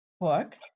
Book